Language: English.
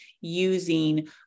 using